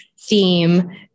theme